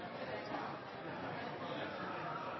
representantar